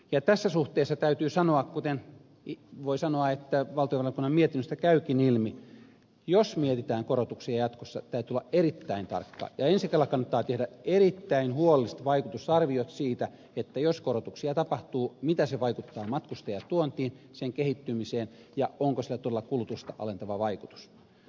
ja tässä suhteessa voi sanoa että valtiovarainvaliokunnan mietinnöstä käykin ilmi että jos mietitään korotuksia jatkossa täytyy olla erittäin tarkka ja ensi kerralla kannattaa tehdä erittäin huolelliset vaikutusarviot siitä että jos korotuksia tapahtuu mitä se vaikuttaa matkustajatuontiin sen kehittymiseen ja onko sillä todella kulutusta alentava vaikutus